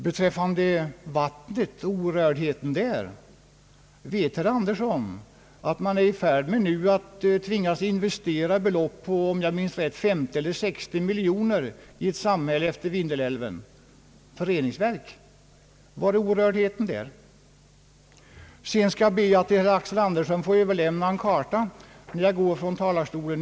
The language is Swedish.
Beträffande vattnets orördhet vill jag fråga: Vet herr Axel Andersson att man i ett samhälle efter Vindelälven nu är i färd med att investera belopp på flera miljoner kronor för reningsverk? Var är orördheten där? Sedan skall jag be att till herr Axel Andersson få överlämna en karta när jag nu går från talarstolen.